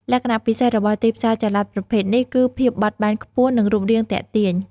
លក្ខណៈពិសេសរបស់ទីផ្សារចល័តប្រភេទនេះគឺ ភាពបត់បែនខ្ពស់ និងរូបរាងទាក់ទាញ។